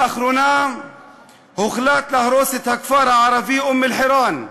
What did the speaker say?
לאחרונה הוחלט להרוס את הכפר הערבי אום-אלחיראן,